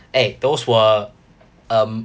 eh those were um